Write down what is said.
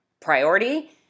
priority